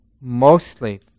mostly